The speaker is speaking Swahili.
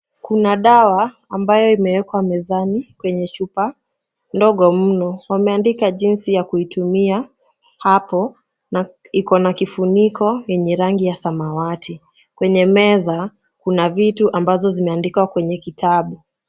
Kuna dawa ambayo imewekwa mezani kwenye chupa ndogo mno. Wameandika jinsi ya kuitumia hapo na iko na kifuniko yenye rangi ya samawati. Kwenye meza kuna vitu ambazo zimeandikwa kwenye kitabu.